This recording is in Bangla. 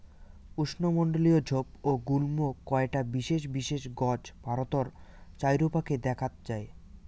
উষ্ণমণ্ডলীয় ঝোপ ও গুল্ম কয়টা বিশেষ বিশেষ গছ ভারতর চাইরোপাকে দ্যাখ্যাত যাই